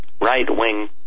right-wing